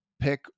pick